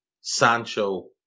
Sancho